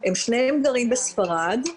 הם שניהם גרים בספרד,